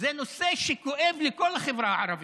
זה נושא שכואב לכל החברה הערבית,